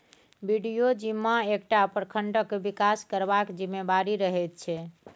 BDO जिम्मा एकटा प्रखंडक बिकास करबाक जिम्मेबारी रहैत छै